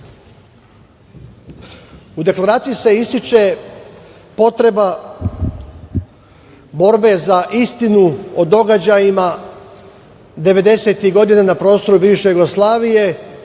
Deklaraciji se ističe potreba borbe za istinu o događajima 90-ih godina na prostoru bivše Jugoslavije